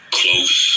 close